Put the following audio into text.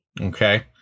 Okay